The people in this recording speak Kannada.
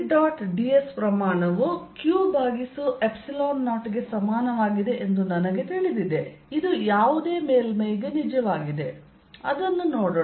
ds ಪ್ರಮಾಣವು q0 ಗೆ ಸಮಾನವಾಗಿದೆ ಎಂದು ನನಗೆ ತಿಳಿದಿದೆ ಇದು ಯಾವುದೇ ಮೇಲ್ಮೈಗೆ ನಿಜವಾಗಿದೆ ಅದನ್ನು ನೋಡೋಣ